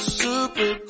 super